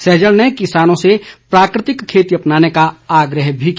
सहजल ने किसानों से प्राकृतिक खेती अपनाने का आग्रह भी किया